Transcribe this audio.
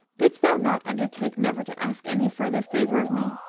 didst thou not undertake never to ask any further favour of me?